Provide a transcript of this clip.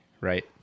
right